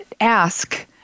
ask